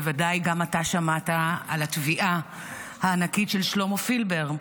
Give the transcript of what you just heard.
בוודאי גם אתה שמעת על התביעה הענקית של שלמה פילבר,